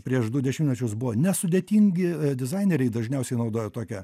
prieš du dešimtmečius buvo nesudėtingi dizaineriai dažniausiai naudoja tokią